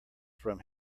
from